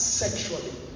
sexually